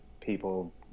people